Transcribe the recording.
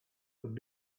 would